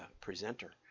presenter